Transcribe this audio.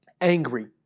angry